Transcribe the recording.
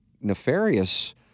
nefarious